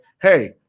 hey